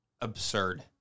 absurd